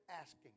asking